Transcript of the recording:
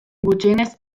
gutxienez